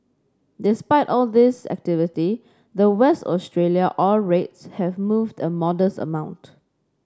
despite all this activity the West Australia ore rates have moved a modest amount